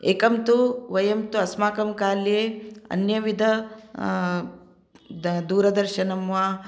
एकं तु वयं तु अस्माकं काले अन्यविधं दूरदर्शनं वा